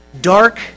dark